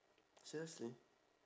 seriously